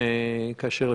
את